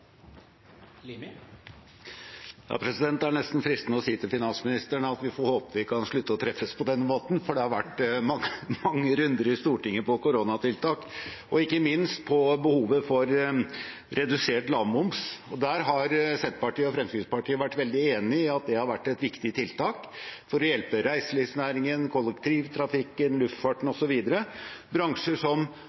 denne måten, for det har vært mange runder i Stortinget om koronatiltak og ikke minst om behovet for redusert lavmoms. Senterpartiet og Fremskrittspartiet har vært veldig enige om at det har vært et viktig tiltak for å hjelpe reiselivsnæringen, kollektivtrafikken, luftfarten osv. – bransjer som